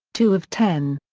two of ten.